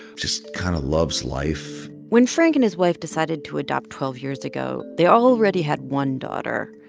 just kind of loves life when frank and his wife decided to adopt twelve years ago, they already had one daughter.